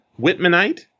Whitmanite